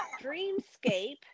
Dreamscape